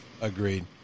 agreed